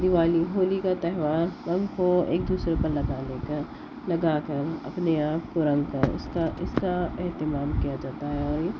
دیوالی ہولی کا تہوار رنگ کو ایک دوسرے پر لگانے کا لگا کر اپنے آپ کو رنگ کر اُس کا اِس کا اہتمام کیا جاتا ہے اور یہ